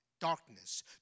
darkness